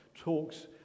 talks